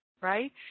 right